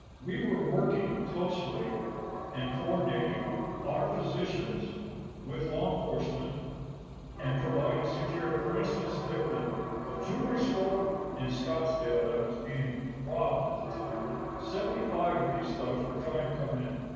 we were working closely and coordinating our positions with law enforcement and providing security. for instance, the the jewelry store in scottsdale that was being robbed at the time, that seventy five of these thugs were trying to come in.